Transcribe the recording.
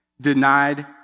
denied